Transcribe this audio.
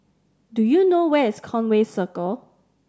do you know where is Conway Circle